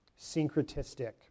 syncretistic